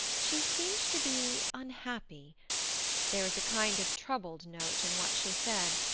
she seemed to be unhappy there was a kind of troubled note in what she said.